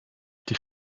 die